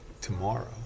tomorrow